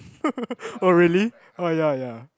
oh really oh ya ya